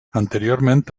anteriorment